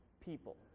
people